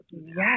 Yes